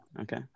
Okay